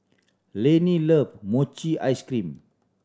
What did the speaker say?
Lanie love mochi ice cream